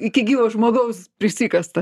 iki gyvo žmogaus prisikasta